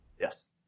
Yes